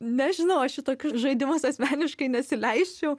nežinau aš į tokius žaidimus asmeniškai nesileisčiau